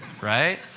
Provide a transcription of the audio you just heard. Right